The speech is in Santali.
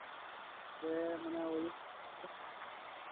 ᱥᱮ ᱢᱟᱱᱮ ᱳᱭ